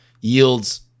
yields